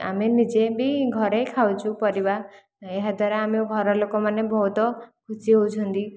ଆମେ ନିଜେ ବି ଘରେ ଖାଉଛୁ ପରିବା ଏହା ଦ୍ଵାରା ଆମ ଘର ଲୋକମାନେ ବହୁତ ଖୁସି ହେଉଛନ୍ତି